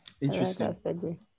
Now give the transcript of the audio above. Interesting